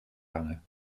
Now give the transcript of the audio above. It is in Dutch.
hangen